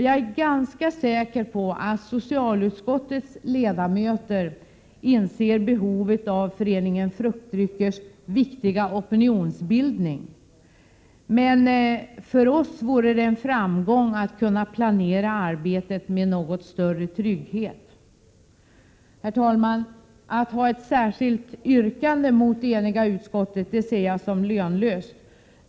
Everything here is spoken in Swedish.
Jag är ganska säker på att socialutskottets ledamöter inser behovet av Föreningen Fruktdryckers viktiga opinionsbildning. För oss vore det emellertid en framgång att kunna planera arbetet med en något större trygghet. Herr talman! Att ha ett särskilt yrkande mot det eniga utskottet ser jag som lönlöst.